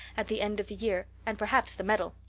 at the end of the year, and perhaps the medal!